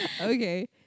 Okay